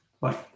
Bye